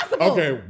Okay